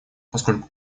поскольку